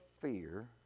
fear